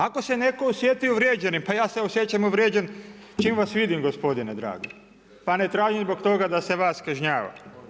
Ako se netko osjeti uvrijeđenim, pa ja se osjećam uvrijeđen čim vas vidim gospodine dragi, pa ne tražim zbog toga da se vas kažnjava.